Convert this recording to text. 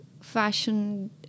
fashion